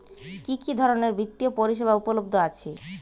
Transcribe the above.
কি কি ধরনের বৃত্তিয় পরিসেবা উপলব্ধ আছে?